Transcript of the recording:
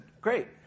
Great